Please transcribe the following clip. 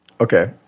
Okay